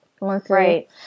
right